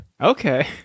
Okay